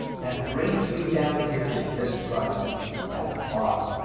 that brings me down here to this button at the bottom,